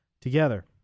together